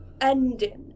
ending